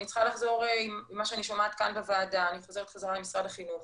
אני צריכה לחזור עם מה שאני שומעת כאן בוועדה למשרד החינוך,